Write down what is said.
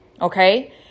okay